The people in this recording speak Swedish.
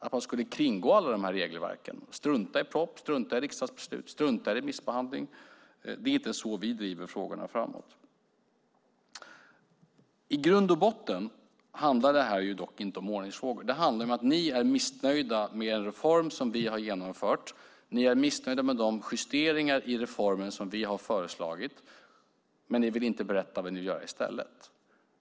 Att man skulle kringgå alla dessa regelverk, strunta i proposition, strunta i riksdagsbeslut, strunta i remissbehandling? Det är inte så vi driver frågorna framåt. I grund och botten handlar det dock inte om ordningsfrågor. Det handlar om att ni är missnöjda med den reform som vi har genomfört. Ni är missnöjda med de justeringar i reformen som vi har föreslagit. Men ni vill inte berätta vad ni vill göra i stället.